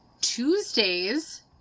Tuesdays